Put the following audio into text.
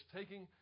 taking